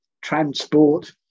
transport